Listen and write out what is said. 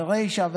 ורישא,